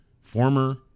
former